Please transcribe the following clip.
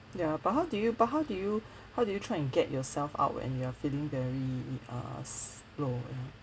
ya but how did you but how did you how did you try and get yourself out when you are feeling very err s~ low you know